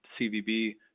CVB